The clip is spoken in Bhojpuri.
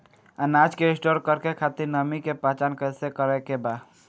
अनाज के स्टोर करके खातिर नमी के पहचान कैसे करेके बा?